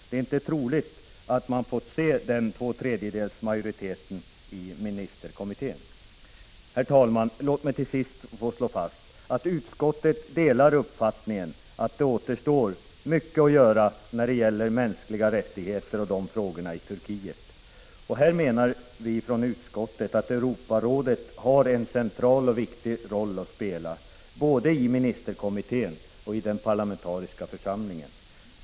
Det är inte troligt att man hade fått se den majoriteten i ministerkommittén. Herr talman! Låt mig till sist slå fast att utskottet delar uppfattningen att det återstår mycket att göra när det gäller mänskliga rättigheter i Turkiet. Här menar utskottet att Europarådet har en viktig och central roll att spela, både i ministerkommittén och i den parlamentariska församlingen.